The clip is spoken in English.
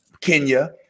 Kenya